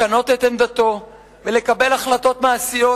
לשנות את עמדתו ולקבל החלטות מעשיות,